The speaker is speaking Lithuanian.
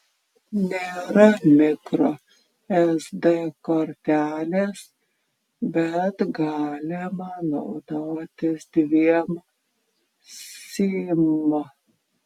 nėra mikro sd kortelės bet galima naudotis dviem sim